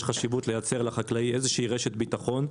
יש חשיבות בלייצר לחקלאי איזו שהיא רשת ביטחון,